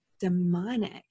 demonic